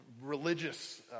religious